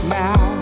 now